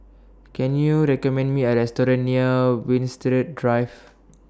Can YOU recommend Me A Restaurant near Winstedt Drive